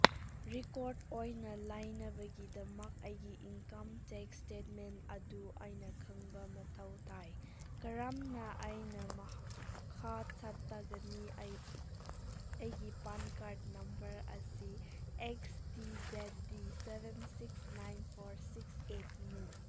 record ꯑꯣꯏꯅ ꯂꯩꯅꯕꯒꯤꯗꯃꯛ ꯑꯩꯒꯤ ꯏꯟꯀꯝ ꯇꯦꯛꯁ ꯏꯁꯇꯦꯠꯃꯦꯟ ꯑꯗꯨ ꯑꯩꯅ ꯈꯪꯕ ꯃꯊꯧ ꯇꯥꯏ ꯀꯔꯝꯅ ꯑꯩꯅ ꯃꯈꯥ ꯆꯠꯊꯒꯅꯤ ꯑꯩ ꯑꯩꯒꯤ ꯄꯥꯟ ꯀꯥꯔꯗ ꯅꯝꯕꯔ ꯑꯁꯤ X T Z D seven six nine four six ꯑꯩꯠꯅꯤ